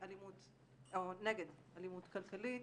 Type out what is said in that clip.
נגד אלימות כלכלית.